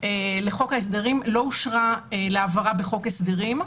לחוק הסדרים לא אושרה להעברה בחוק הסדרים.